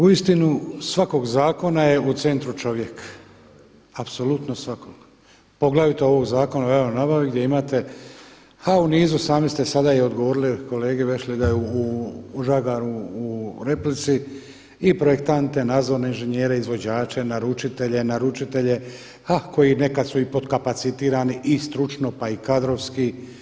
Uistinu svakog zakona je u centru čovjek, apsolutno svakog poglavito ovog Zakona o javnoj nabavi gdje imate ha u nizu sami ste sada i odgovorili kolegi Vešligaju, Žagaru u replici i projektante, nadzorne inženjere, izvođače, naručitelje, ha koji su nekad su i pod kapacitirani i stručno pa i kadrovski.